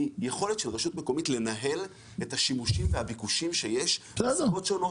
היא יכולת של רשות מקומית לנהל את השימושים והביקושים שיש אצלה.